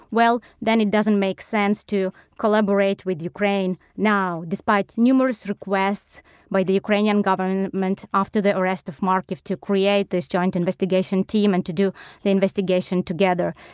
well then it doesn't make sense to collaborate with ukraine now despite numerous requests by the ukrainian government, after the arrest of markiv, to create this joint investigation team and to do the investigation together.